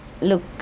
Look